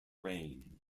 rain